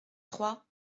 trois